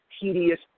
tedious